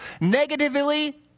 Negatively